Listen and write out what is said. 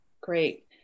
Great